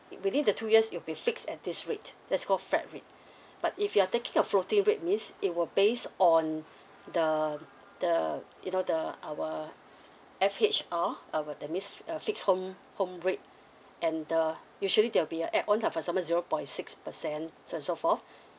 it within the two years it'll be fixed at this rate that's call flat rate but if you are taking a floating rate means it will base on the um the you know the our F~ F_H_R our that means f~ a fixed home home rate and the usually there will be a add on lah for example zero point six percent so and so forth